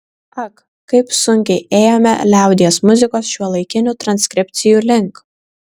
ak kaip sunkiai ėjome liaudies muzikos šiuolaikinių transkripcijų link